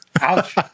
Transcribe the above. Ouch